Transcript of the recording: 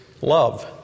love